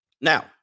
Now